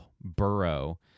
burrow